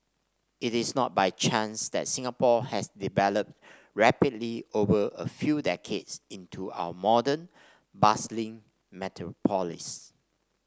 it is not by chance that Singapore has developed rapidly over a few decades into our modern bustling metropolis